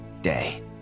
day